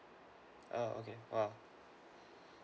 oh okay oo